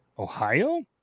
Ohio